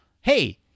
Hey